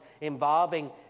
involving